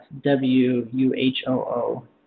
W-U-H-O-O